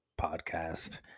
podcast